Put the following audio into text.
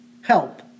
help